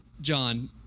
John